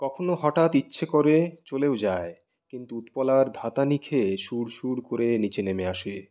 কখনও হঠাৎ ইচ্ছে করে চলেও যায় কিন্তু উৎপলার ধাতানি খেয়ে শুর শুর করে নিচে নেমে আসে